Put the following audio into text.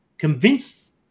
Convince